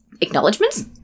Acknowledgements